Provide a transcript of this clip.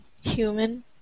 human